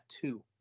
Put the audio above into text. two